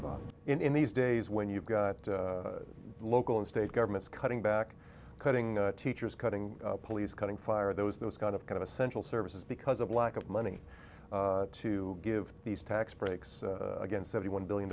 about in these days when you've got local and state governments cutting back cutting teachers cutting police cutting fire those those kind of kind of essential services because of lack of money to give these tax breaks again seventy one billion